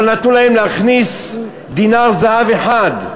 לא נתנו להם להכניס דינר זהב אחד.